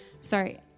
Sorry